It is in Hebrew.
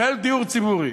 של דיור ציבורי,